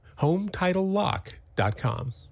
HomeTitleLock.com